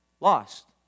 lost